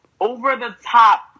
over-the-top